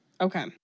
Okay